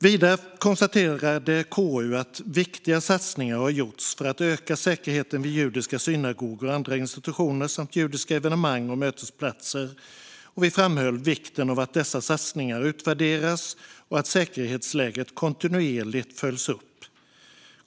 Vidare konstaterade KU att viktiga satsningar har gjorts för att öka säkerheten vid judiska synagogor och andra institutioner samt judiska evenemang och mötesplatser, och vi framhöll vikten av att dessa satsningar utvärderas och att säkerhetsläget kontinuerligt följs upp.